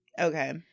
Okay